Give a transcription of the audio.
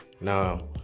now